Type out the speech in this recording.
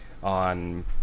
on